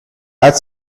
add